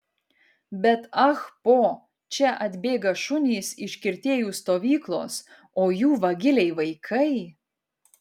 bet ah po čia atbėga šunys iš kirtėjų stovyklos o jų vagiliai vaikai